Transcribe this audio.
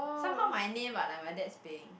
somehow my name but like my dad's paying